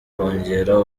kongera